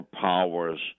powers